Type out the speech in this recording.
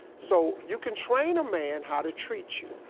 so you can train a man how to treat you.